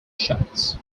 shots